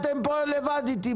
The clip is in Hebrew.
אתם פה לבד איתי.